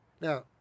Now